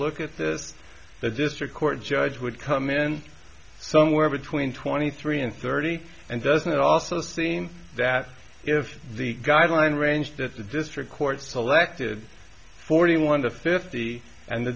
look at this the district court judge would come in somewhere between twenty three and thirty and doesn't it also seem that if the guideline range that the district court selected forty one to fifty and the